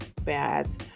bad